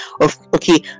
Okay